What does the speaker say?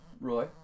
Roy